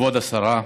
כבוד השרה,